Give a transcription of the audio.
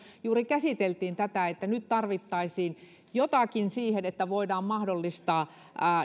juuri käsiteltiin tätä että nyt tarvittaisiin jotakin siihen että voidaan mahdollistaa